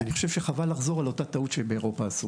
אני חושב שחבל לחזור על אותה טעות שבאירופה עשו.